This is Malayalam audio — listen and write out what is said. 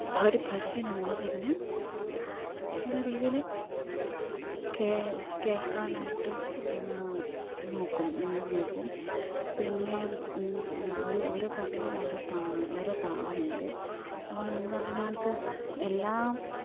പാടിപ്പാടി നമ്മൾ അതിനെ നല്ല രീതിയിൽ കേൾ കേൾക്കാനായിട്ടു നോക്കും നോക്കും പിന്നെ ഒരു ഓരോ പാട്ടിനും ഓരോ പാ ഓരോ താളമുണ്ട് അപ്പം നമ്മളതിനകത്ത് എല്ലാം